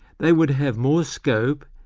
they would have more scope,